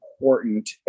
important